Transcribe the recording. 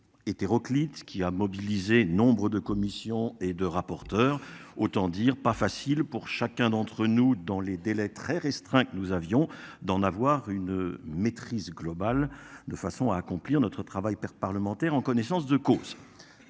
Hétéroclite qui a mobilisé nombre de commissions et de rapporteurs autant dire pas facile pour chacun d'entre nous dans les délais très restreint que nous avions d'en avoir une maîtrise globale de façon à accomplir notre travail perte parlementaire en connaissance de cause.